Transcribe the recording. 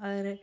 अगर